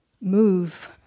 move